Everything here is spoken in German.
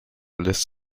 lässt